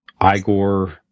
Igor